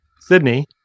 Sydney